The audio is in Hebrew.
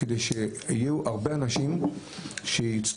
על מנת שיהיו הרבה אנשים שיצטרפו,